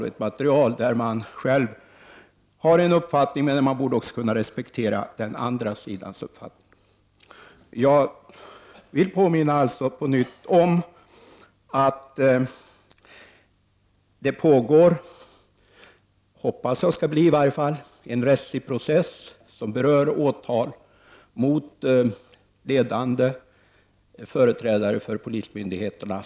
De har själva en uppfattning, men de borde också kunna respektera den andra sidans uppfattning. Jag vill på nytt påminna om att det pågår förberedelser för en, som jag hoppas, rättslig process, som berör åtal mot ledande företrädare för polismyndigheterna.